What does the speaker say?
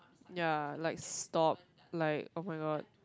ya like stop like oh-my-god